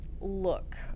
look